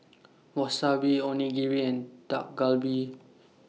Wasabi Onigiri and Dak Galbi